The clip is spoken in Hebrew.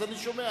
אז אני שומע,